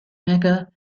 mecca